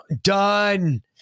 done